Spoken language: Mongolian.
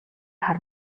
хар